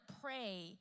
pray